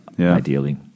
ideally